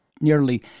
nearly